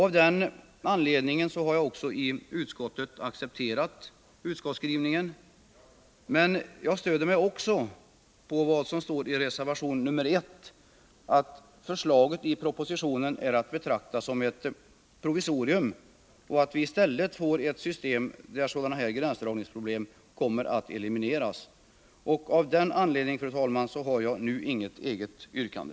Av den anledningen har jag också i utskottet accepterat skrivningen, men jag stöder mig på vad som står i reservation 1, nämligen att förslaget i propositionen är att betrakta som ett provisorium och att vi i stället bör få ett system där sådana här gränsdragningsproblem kommer att elimineras. Av den anledningen, fru talman, har jag nu inget eget yrkande.